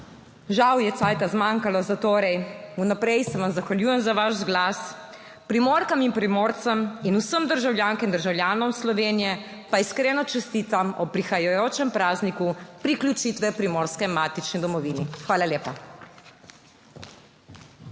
Žal je »cajta« zmanjkalo, zatorej vnaprej se vam zahvaljujem za vaš glas, Primorkam in Primorcem in vsem državljankam in državljanom Slovenije pa iskreno čestitam ob prihajajočem prazniku priključitve Primorske k 23. TRAK: (SC)